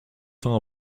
faire